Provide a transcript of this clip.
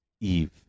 eve